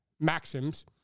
maxims